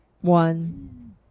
one